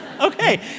Okay